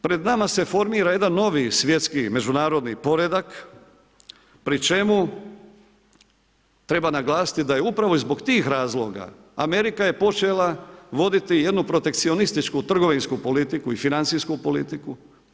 Pred nama se formira jedan novi svjetski međunarodni poredak pri čemu treba naglasiti da upravo zbog tih razloga Amerika je počela voditi jednu protekcionističku trgovinsku politiku i financijsku politiku.